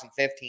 2015